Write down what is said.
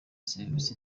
serivisi